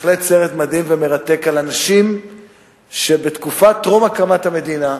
בהחלט סרט מדהים ומרתק על אנשים שבתקופת טרום הקמת המדינה,